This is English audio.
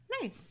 Nice